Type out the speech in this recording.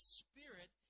spirit